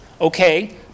okay